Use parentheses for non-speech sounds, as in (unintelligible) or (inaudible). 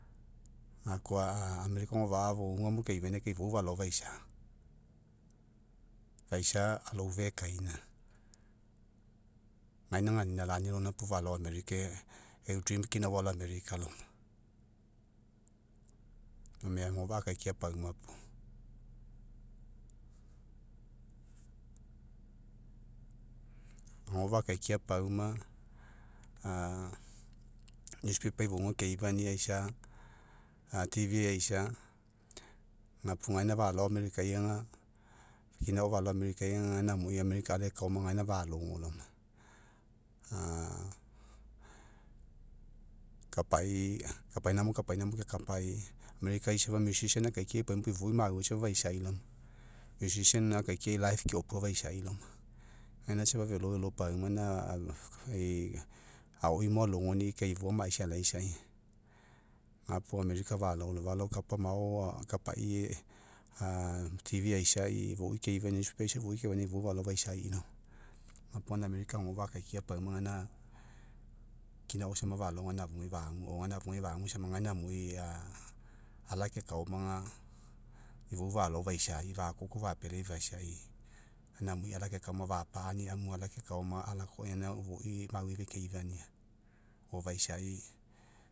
Gakoa (hesitation) america, agofa'a alaekaoma fouga mo keifania kai ifou falao faisa. Faisa alou fe kaina gaina aga anina lani alogai po falao america, eu (unintelligible) aga eu america gome agofa'a akaikia puo, agofa'a akaikia pauma (hesitation) (unintelligible) fouga keifania aisa, a tv aisa gapo gaina falao americai, kina agao falao america, alae ekaoma gaina falogo laoma (hesitation) ka- pai, kapainamo, kapainamo kepai, america safa (unintelligible) akaikiai puo ifou mauai safa faisai laoma (unintelligible) ke opua faisai laoma, gaina safa felo, felo pauma, gaina (hesitation) aoi mo alogoni'i kai ifoa ma. aisai alaisai. Gapo america falao laoma, falao kapa mao kapai (hesitation) tv aisai, foi keifania, (unintelligible) aoai foi keifania, ifou falao faisa laoma. Gapo america agofa'a akaikia pauma, kina agao sama falao gaina afugai fagu or gaina afugai fagu sama, gaina amui (hesitation) gaina amui ala kekaoma, ifou falao faisa, fa koko fa pealai faisai, gaina amui ala'kekaoma fapa'ani amu ala kekaoma, alakoai agau foi mauai fekevani o faisai.